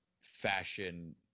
fashion